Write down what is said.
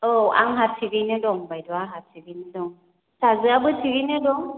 औ आंहा थिगगैनो दं बायद' आंहा थिगगैनो दं फिसाजोआबो थिगगैनो दं